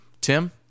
Tim